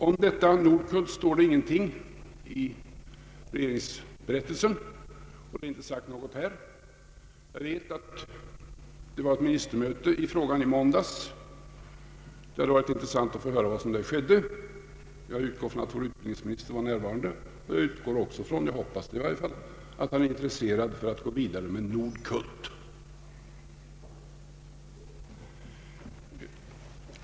Om Nordkult står det ingenting i regeringsdeklarationen, och det har inte sagts någonting här. Jag vet att det var ett ministermöte i frågan i måndags. Det hade varit intressant att få höra vad som där skedde. Jag utgår från att vår utrikesminister var närvarande, och jag hoppas att han är intresserad av att gå vidare med Nordkult.